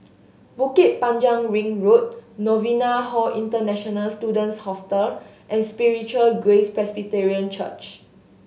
Bukit Panjang Ring Road Novena Hall International Students Hostel and Spiritual Grace Presbyterian Church